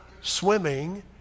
swimming